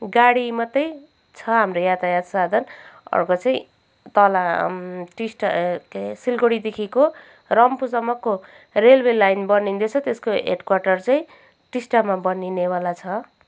गाडी मात्रै छ हाम्रो यातायात साधन अर्को चाहिँ तल टिस्टा के अरे सिलगढीदेखिको रम्फूसम्मको रेलवे लाइन बनिँदैछ त्यसको हेडक्वार्टर चाहिँ टिस्टामा बनिने वाला छ